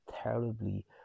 terribly